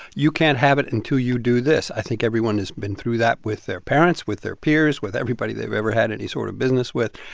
you can't have it and until you do this. i think everyone has been through that with their parents, with their peers, with everybody they've ever had any sort of business with.